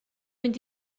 mynd